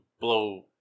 blow